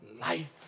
life